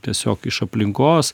tiesiog iš aplinkos